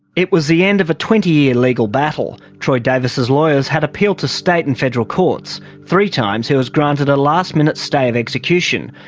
it was the end of a twenty year legal battle. troy davis's lawyers had appealed to state and federal courts. three times he was granted a last-minute stay of execution.